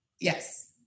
Yes